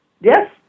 Yes